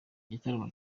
igitaramo